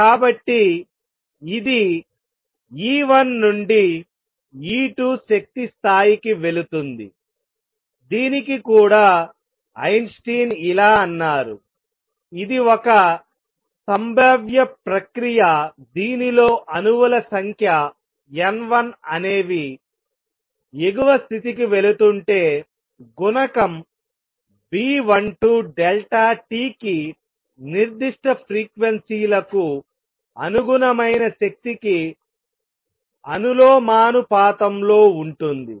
కాబట్టి ఇది E1 నుండి E2 శక్తి స్థాయికి వెళుతుంది దీనికి కూడా ఐన్స్టీన్ ఇలా అన్నారు ఇది ఒక సంభావ్య ప్రక్రియ దీనిలో అణువుల సంఖ్య N1 అనేవి ఎగువ స్థితికి వెళుతుంటేగుణకం B12 t కి నిర్దిష్ట ఫ్రీక్వెన్సీ లకు అనుగుణమైన శక్తికి అనులోమానుపాతంలో ఉంటుంది